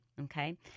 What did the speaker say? Okay